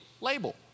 label